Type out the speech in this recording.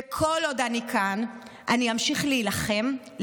וכל עוד אני כאן אני אמשיך להילחם,